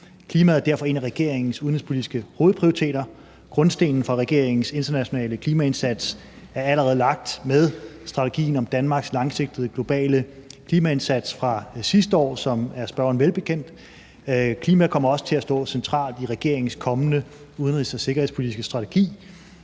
Klimaet er derfor en af regeringens udenrigspolitiske hovedprioriteter. Grundstenen for regeringens internationale klimaindsats er allerede lagt med strategien om Danmarks langsigtede globale klimaindsats fra sidste år, som er spørgeren velbekendt. Klimaet kommer også til at stå centralt i regeringens kommende udenrigs- og sikkerhedspolitiske strategi.